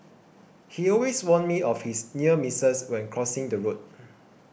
he always warn me of his near misses when crossing the road